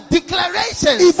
declarations